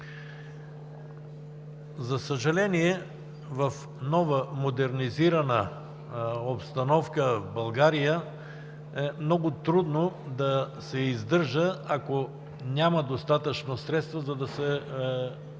За съжаление, в новата модернизирана обстановка в България е много трудно да се издържа, ако няма достатъчно средства, за да се въведе